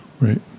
Right